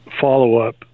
follow-up